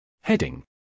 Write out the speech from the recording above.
Heading